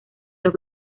los